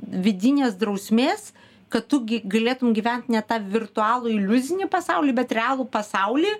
vidinės drausmės kad tu gi galėtum gyvent ne tą virtualų iliuzinį pasaulį bet realų pasaulį